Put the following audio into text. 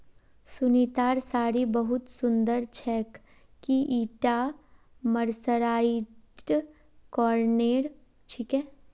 सुनीतार साड़ी बहुत सुंदर छेक, की ईटा मर्सराइज्ड कॉटनेर छिके